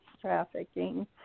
trafficking